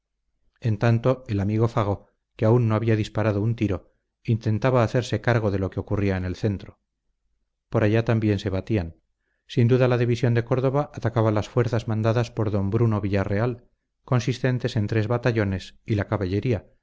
en tanto el amigo fago que aún no había disparado un tiro intentaba hacerse cargo de lo que ocurría en el centro por allá también se batían sin duda la división de córdoba atacaba las fuerzas mandadas por d bruno villarreal consistentes en tres batallones y la caballería